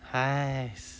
!hais!